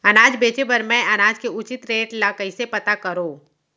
अनाज बेचे बर मैं अनाज के उचित रेट ल कइसे पता करो?